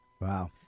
Wow